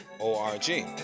O-R-G